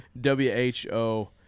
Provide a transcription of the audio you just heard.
W-H-O